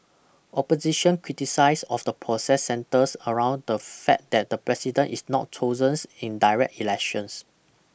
opposition criticise of the process centres around the fact that the president is not chosen in direct elections